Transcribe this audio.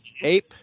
Ape